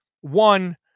one